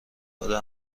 داده